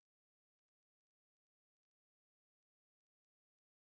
oh mine says buy your dad the perfect gift